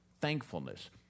thankfulness